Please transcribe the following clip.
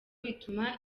bituma